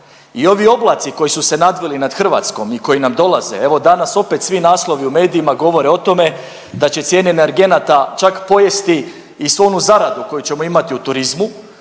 I ovi oblaci koji su se nadvili nad Hrvatskom i koji nam dolaze, evo danas opet svi naslovi u medijima govore o tome da će cijene energenata čak pojesti i svu onu zaradu koju ćemo imati u turizmu,